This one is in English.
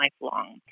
lifelong